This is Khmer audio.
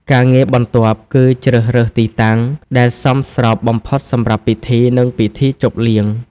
ការងារបន្ទាប់គឺ ជ្រើសរើសទីតាំង ដែលសមស្របបំផុតសម្រាប់ពិធី និងពិធីជប់លៀង។